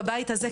בבית הזה,